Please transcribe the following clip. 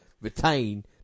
retain